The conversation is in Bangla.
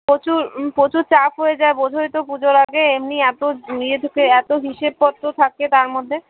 প্রচুর প্রচুর চাপ হয়ে যায় বোঝোই তো পুজোর আগে এমনি এতো ইয়ে ঢুকে এতো হিসেবপত্র থাকে তার মধ্যে